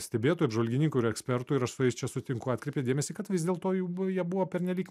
stebėtojų apžvalgininkų ir ekspertų ir aš su jais čia sutinku atkreipė dėmesį kad vis dėlto jie buvo pernelyg